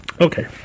Okay